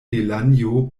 delanjo